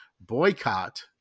boycott